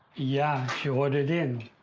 yeah, she ordered in.